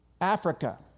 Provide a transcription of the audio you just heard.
Africa